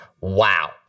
Wow